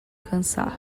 cansar